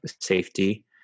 safety